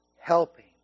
helping